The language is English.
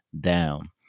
down